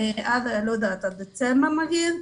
נגיד עד דצמבר,